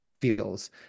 feels